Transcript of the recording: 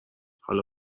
حالا